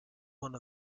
one